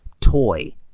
toy